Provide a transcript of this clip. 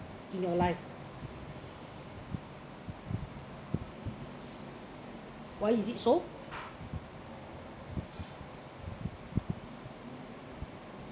in your life why is it so